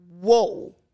Whoa